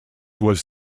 was